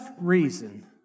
reason